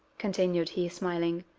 continued he, smiling,